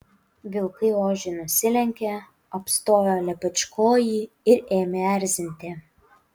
vilkai ožiui nusilenkė apstojo lepečkojį ir ėmė erzinti